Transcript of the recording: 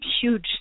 huge